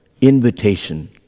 invitation